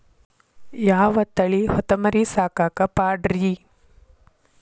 ಯಾವ ತಳಿ ಹೊತಮರಿ ಸಾಕಾಕ ಪಾಡ್ರೇ?